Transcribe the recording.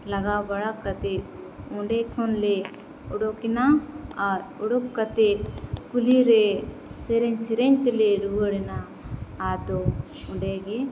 ᱞᱟᱜᱟᱣ ᱵᱟᱲᱟ ᱠᱟᱛᱮᱫ ᱚᱸᱰᱮ ᱠᱷᱚᱱᱞᱮ ᱚᱰᱳᱠᱮᱱᱟ ᱟᱨ ᱚᱰᱳᱠ ᱠᱟᱛᱮᱫ ᱠᱩᱞᱦᱤᱨᱮ ᱥᱮᱨᱮᱧᱼᱥᱮᱨᱮᱧᱛᱮᱞᱮ ᱨᱩᱣᱟᱹᱲᱮᱱᱟ ᱟᱫᱚ ᱚᱸᱰᱮᱜᱮ